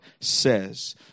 says